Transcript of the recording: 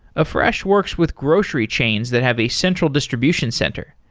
afresh works with grocery chains that have a central distribution center.